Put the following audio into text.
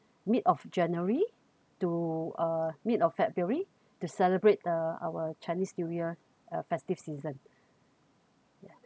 mid of january to uh mid of february to celebrate the our chinese new year uh festive season ya